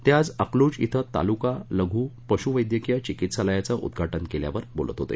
ते आज अकलूज ििं तालुका लघु पशूवैद्यकीय चिकीत्सालयाचं उद्घाघाटन केल्यावर बोलत होते